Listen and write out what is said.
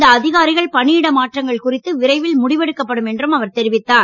இந்த அதிகாரிகள் பணியிட மாற்றங்கள் குறித்து விரைவில் முடிவெடுக்கப்படும் என்றும் அவர் தெரிவித்தார்